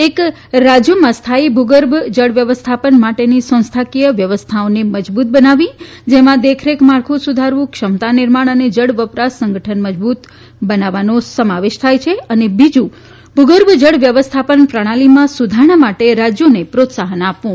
એક રાજયોમાં સ્થાયી ભુગર્ભ જળ વ્યવસ્થાપન માટેની સંસથાકીય વ્યવસ્થાઓને મજબુત બનાવવી જેમાં દેખરેખ માળખું સુધારવુ ક્ષમતા નિર્માણ અને જળ વપરાશ સંગઠન મજબુત બનાવવાનો સમાવેશ થાય છે અને બીજુ ભુગર્ભ જળ વ્યવસ્થાપન પ્રણાલીમાં સુધારણા માટે રાજયોને પ્રોત્સાફન આપવુ